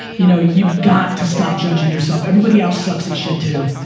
you know you've got to stop judging yourself. everybody else sucks at shit too.